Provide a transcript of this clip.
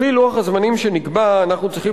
לפי לוח הזמנים שנקבע אנחנו צריכים